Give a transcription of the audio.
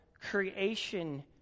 creation